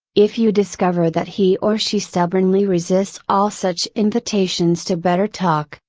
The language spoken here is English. if you discover that he or she stubbornly resists all such invitations to better talk,